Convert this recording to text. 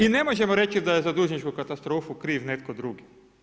I ne možemo reći da je za dužničku katastrofu kriv netko drugi.